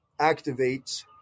activates